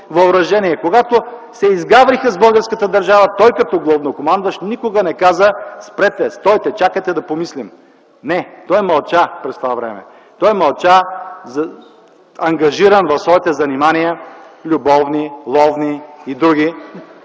въоръжение, когато се изгавриха с българската държава. Той като главнокомандващ никога не каза: „Спрете! Чакайте! Чакайте да помислим!”. Не, той мълча през това време. Той мълча, ангажиран в своите занимания – любовни, ловни и други